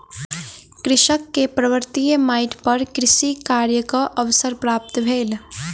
कृषक के पर्वतीय माइट पर कृषि कार्यक अवसर प्राप्त भेल